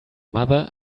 mother